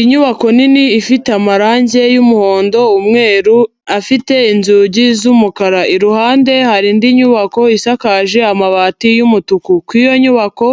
Inyubako nini ifite amarangi y'umuhondo, umweru afite inzugi z'umukara, iruhande hari indi nyubako isakaje amabati y'umutuku, kuri iyo nyubako